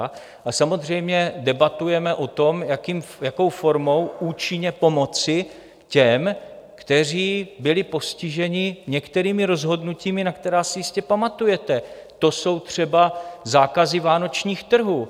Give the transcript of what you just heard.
A samozřejmě debatujeme o tom, jakou formou účinně pomoci těm, kteří byli postiženi některými rozhodnutími, na která si jistě pamatujete, to jsou třeba zákazy vánočních trhů.